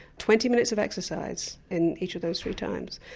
twenty minutes of exercise in each of those three times.